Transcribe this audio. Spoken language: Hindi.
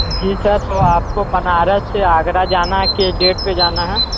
जी सर तो आपको बनारस से आगरा जाना है किस डेट पे जाना है